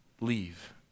leave